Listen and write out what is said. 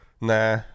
Nah